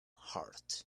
heart